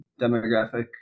demographic